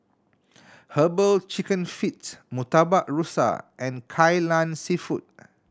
Herbal Chicken Feet Murtabak Rusa and Kai Lan Seafood